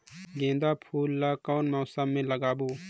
गेंदा फूल ल कौन मौसम मे लगाबो?